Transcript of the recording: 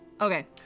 Okay